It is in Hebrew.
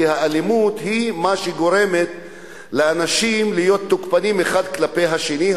כי האלימות היא מה שגורם לאנשים להיות תוקפנים אחד כלפי השני,